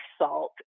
salt